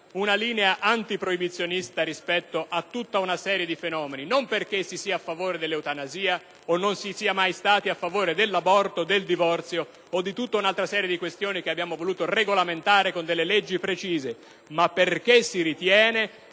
una linea antiproibizionista rispetto a tutta una serie di fenomeni; non perché si sia a favore dell'eutanasia o si sia mai stati a favore dell'aborto, del divorzio o di tutta un'altra serie di questioni che abbiamo voluto regolamentare con leggi precise, ma perché si ritiene